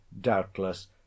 doubtless